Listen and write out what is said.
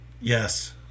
Yes